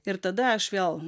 ir tada aš vėl